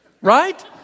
right